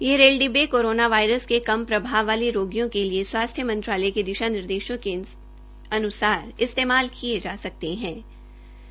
यह रेल डिब्बे corona virus क कम प्रभाव वाले रोगियों के लिए स्वास्थ्य मंत्रालय के दिशा निर्देशों के अनुसार इस्तेमाल किये जा सकते हे